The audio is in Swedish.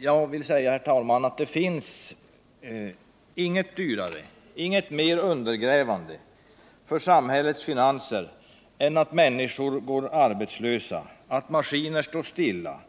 Jag vill säga att det finns inget dyrare, inget mer undergrävande för samhällets finanser än att människor går arbetslösa, att maskiner står stilla.